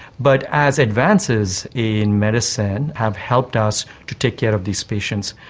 but as advances in medicine have helped us to take care of these patients,